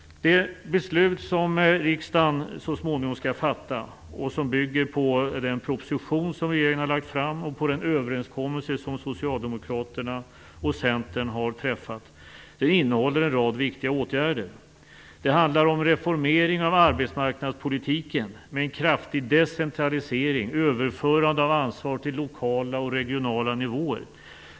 Det beslut som riksdagen så småningom skall fatta, som bygger på den proposition som regeringen har lagt fram och på den överenskommelse som Socialdemokraterna och Centern har träffat, innehåller en rad viktiga åtgärder. Det handlar om reformering av arbetsmarknadspolitiken med en kraftig decentralisering; överförande av ansvar till lokala och regionala nivåer.